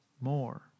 more